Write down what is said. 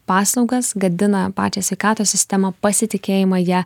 paslaugas gadina pačią sveikatos sistemą pasitikėjimą ja